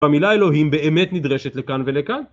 במילה אלוהים באמת נדרשת לכאן ולכאן